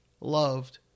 loved